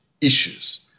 issues